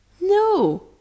No